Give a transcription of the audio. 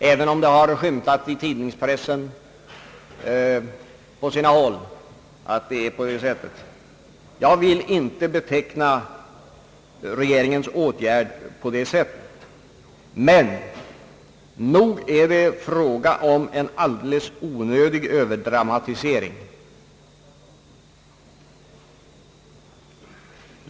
Även om det har skymtat i tidningspressen på sina håll att det är på det sättet vill jag alltså inte beteckna regeringens åtgärd på det sättet. Men nog är det fråga om en alldeles onödig överdramatisering.